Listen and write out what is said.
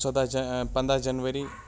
ژۄداہ پنٛداہ جَنؤری